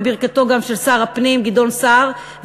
גם בברכתו של שר הפנים גדעון סער,